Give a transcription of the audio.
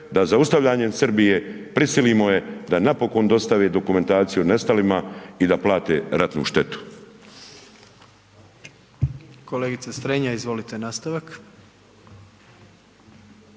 da zaustavljanjem Srbije, prisilimo je da napokon dostavi dokumentaciju o nestalima i da plate ratnu štetu.